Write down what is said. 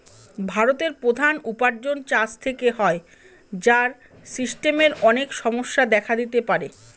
ভারতের প্রধান উপার্জন চাষ থেকে হয়, যার সিস্টেমের অনেক সমস্যা দেখা দিতে পারে